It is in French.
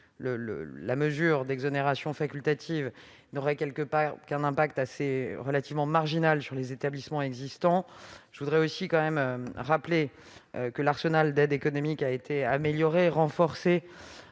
mesure d'exonération facultative n'aurait qu'un impact relativement marginal sur les établissements visés. Enfin, je tiens à rappeler que l'arsenal d'aides économiques a été amélioré et renforcé,